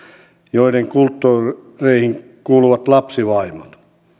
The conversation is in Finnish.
joiden kulttuureihin kuuluvat lapsivaimot